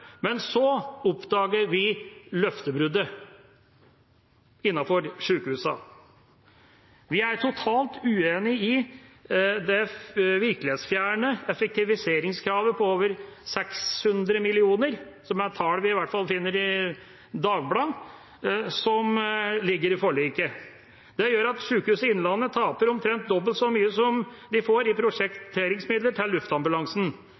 Men så oppdaget vi løftebruddet overfor sykehusene. Vi er totalt uenig i det virkelighetsfjerne effektiviseringskravet på over 600 mill. kr – tall man i hvert fall finner i Dagbladet – som ligger i forliket. Det gjør at Sykehuset Innlandet taper omtrent dobbelt så mye som de får i prosjekteringsmidler til